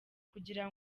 kugira